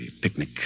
picnic